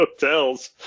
hotels